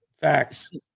facts